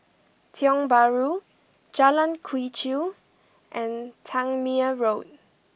Tiong Bahru Jalan Quee Chew and Tangmere Road